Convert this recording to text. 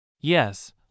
Yes